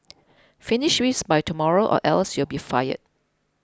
finish this by tomorrow or else you'll be fired